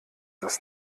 das